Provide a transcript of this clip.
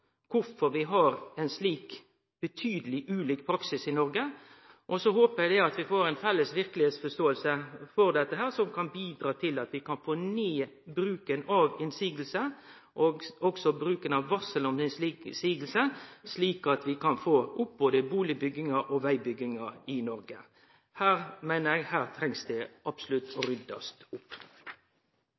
vi har ein slik betydeleg ulik praksis i Noreg, og så håpar eg at vi får ei felles verkelegheitsforståing når det gjeld dette, som kan bidra til at vi kan få ned bruken av motsegner og òg varsel om motsegner, slik at vi kan få opp både bustadbygginga og vegbygginga i Noreg. Her meiner eg at det absolutt trengst å ryddast opp.